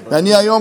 והיום,